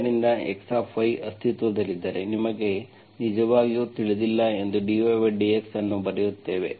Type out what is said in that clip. ಆದ್ದರಿಂದ x ಅಸ್ತಿತ್ವದಲ್ಲಿದ್ದರೆ ನಮಗೆ ನಿಜವಾಗಿಯೂ ತಿಳಿದಿಲ್ಲ ಎಂದು dydx ಅನ್ನು ಬರೆಯುತ್ತೇನೆ